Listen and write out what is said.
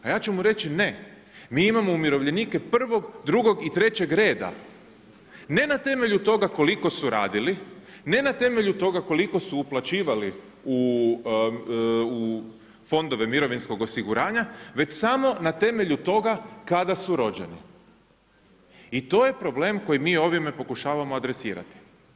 A ja ću mu reći ne, mi imamo umirovljenike I., II. i III. reda ne na temelju toga koliko su radili, ne na temelju toga koliko su uplaćivali u fondove mirovinskog osiguranja, već samo na temelju toga kada su rođeni i to je problem kojeg mi ovime pokušavamo adresirati.